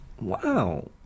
Wow